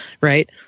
right